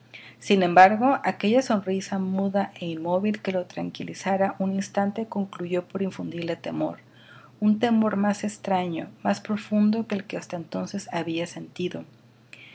sin embargo aquella sonrisa muda é inmóvil que le tranquilizara un instante concluyó por infundirle temor un temor más extraño más profundo que el que hasta entonces había sentido